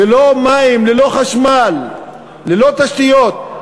ללא מים, ללא חשמל, ללא תשתיות,